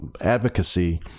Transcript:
advocacy